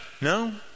No